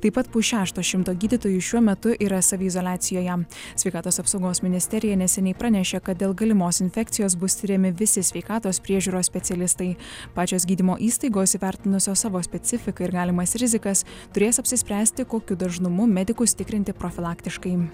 taip pat pusšešto šimto gydytojų šiuo metu yra saviizoliacijoje sveikatos apsaugos ministerija neseniai pranešė kad dėl galimos infekcijos bus tiriami visi sveikatos priežiūros specialistai pačios gydymo įstaigos įvertinusios savo specifiką ir galimas rizikas turės apsispręsti kokiu dažnumu medikus tikrinti profilaktiškai